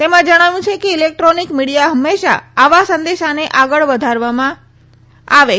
તેમાં જણાવ્યું હતું કે ઇલેક્ટ્રોનિક મીડિયા હંમેશા આવા સંદેશાને આગળ વધારવામાં આવે છે